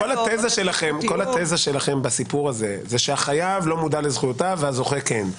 כל התזה שלכם בסיפור הזה היא שהחייב לא מודע לזכויותיו והזוכה כן.